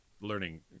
learning